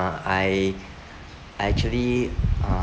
I I actually